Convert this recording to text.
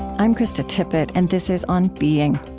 i'm krista tippett, and this is on being.